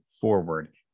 forward